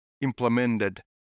implemented